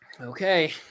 Okay